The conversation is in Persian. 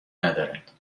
ندارد